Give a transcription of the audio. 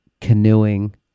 canoeing